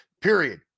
period